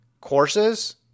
courses –